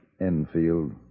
Enfield